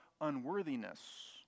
unworthiness